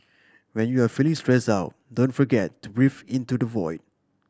when you are feeling stressed out don't forget to breathe into the void